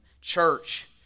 church